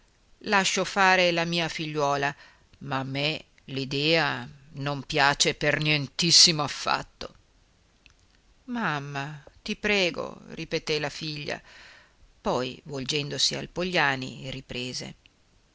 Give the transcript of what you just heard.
lascio fare la mia figliuola ma a me l'idea non piace per nientissimo affatto mamma ti prego ripeté la figlia poi volgendosi al pogliani riprese